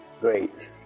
Great